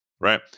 right